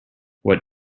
what